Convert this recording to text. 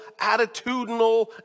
attitudinal